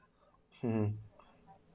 mmhmm